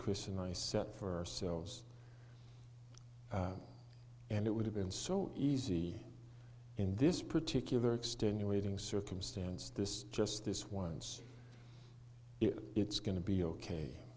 chris and i set for ourselves and it would have been so easy in this particular extenuating circumstance this just this once it's going to be ok